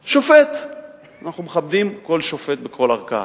שופט, אנחנו מכבדים כל שופט בכל ערכאה.